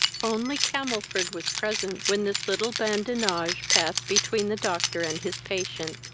only camelford was present when this little badinage passed between the doctor and his patient.